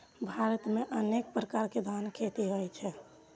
भारत मे अनेक प्रकार के धानक खेती होइ छै